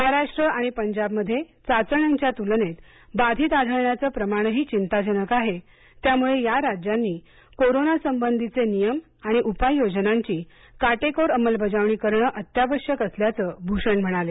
महाराष्ट्र आणि पंजाबमध्ये चाचण्यांच्या तुलनेत बाधित आढळण्याचं प्रमाणही चिंताजनक आहे त्यामुळे या राज्यांनी कोरोना संबंधीचे नियम आणि उपाय योजनांची काटेकोर अंमलबजावणी करण अत्यावश्यक असल्याचं भूषण म्हणाले